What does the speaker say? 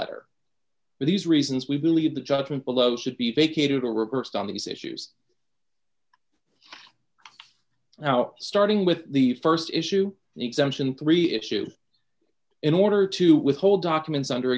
letter for these reasons we believe the judgment below should be vacated or reversed on these issues now starting with the st issue exemption three issue in order to withhold documents under